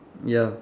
ya